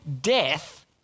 death